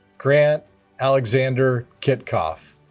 grant alexander kitcoff